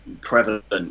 prevalent